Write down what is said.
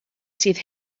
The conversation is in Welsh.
sydd